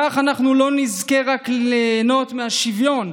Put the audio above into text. כך אנחנו לא נזכה רק ליהנות מהשוויון,